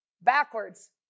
backwards